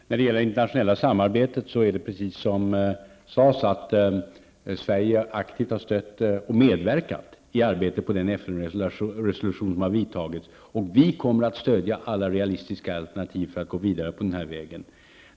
Herr talman! När det gäller det internationella samarbetet har Sverige, precis som sades, aktivt stött och medverkat i arbetet med den FN resolution som har utfärdats. Vi kommer att stödja alla realistiska alternativ för att gå vidare på den vägen.